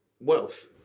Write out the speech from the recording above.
wealth